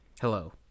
hello